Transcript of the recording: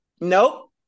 nope